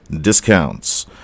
discounts